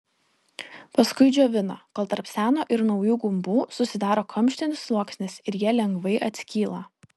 paskui džiovina kol tarp seno ir naujų gumbų susidaro kamštinis sluoksnis ir jie lengvai atskyla